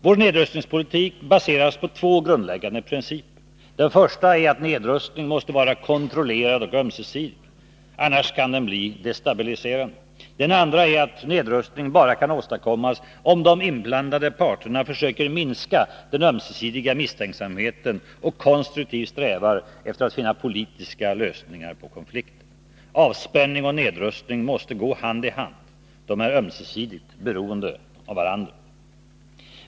Vår nedrustningspolitik baseras på två grundläggande principer. Den första är att nedrustning måste vara kontrollerad och ömsesidig. Annars kan den bli destabiliserande. Den andra är att nedrustning bara kan åstadkommas om de inblandade parterna försöker minska den ömsesidiga misstänksamheten och konstruktivt strävar efter att finna politiska lösningar på konflikter. Avspänning och nedrustning måste gå hand i hand, de är ömsesidigt beroende av varandra.